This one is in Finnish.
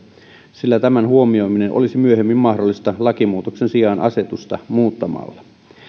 sillä tämän huomioiminen olisi myöhemmin mahdollista lakimuutoksen sijaan asetusta muuttamalla